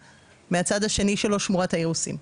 מהצד השני שלו, שמורת האירוסים.